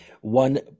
one